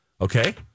okay